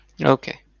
Okay